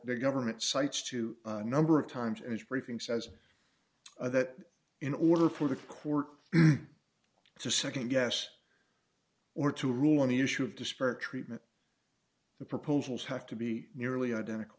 the government cites to a number of times as briefing says that in order for the court to nd guess or to rule on the issue of disparate treatment the proposals have to be nearly identical